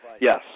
Yes